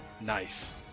Nice